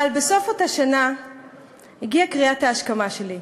אבל בסוף אותה שנה הגיעה "קריאת ההשכמה" שלי.